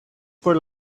por